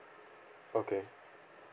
okay